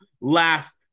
last